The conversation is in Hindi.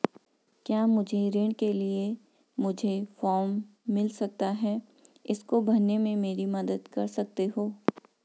क्या मुझे ऋण के लिए मुझे फार्म मिल सकता है इसको भरने में मेरी मदद कर सकते हो?